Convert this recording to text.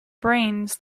brains